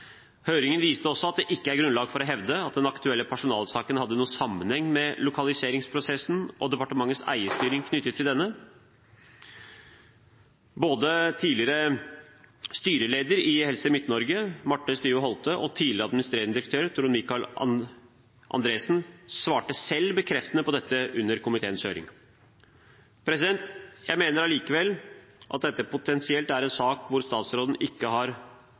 Høringen viste også at det ikke er grunnlag for å hevde at den aktuelle personalsaken hadde noen sammenheng med lokaliseringsprosessen og departementets eierstyring knyttet til denne. Både tidligere styreleder i Helse Midt-Norge Marthe Styve Holte og tidligere administrerende direktør Trond Michael Andersen svarte selv bekreftende på dette under komiteens høring. Jeg mener allikevel at dette potensielt er en sak der statsråden ikke har